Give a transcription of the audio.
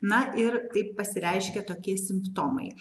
na ir taip pasireiškia tokie simptomai